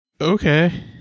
Okay